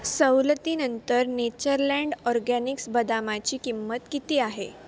सवलतीनंतर Natureland Organics बदामाची किंमत किती आहे